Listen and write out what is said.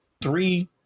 three